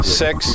six